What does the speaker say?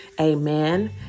Amen